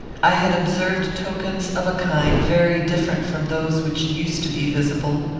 i had observed tokens of a kind very different from those which used to be visible.